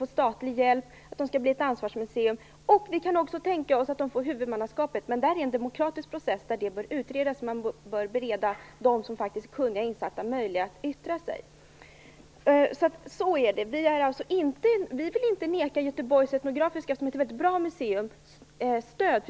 och statlig hjälp eller till att det skall bli ett ansvarsmuseum. Vi kan också tänka oss att det får huvudmannaskapet, men detta bör utredas i en demokratisk process. Där bör de som är kunniga och insatta i sammanhanget beredas möjlighet att yttra sig. Vi vill alltså inte neka Etnografiska museet i Göteborg, som är ett väldigt bra museum, stöd.